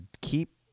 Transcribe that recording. keep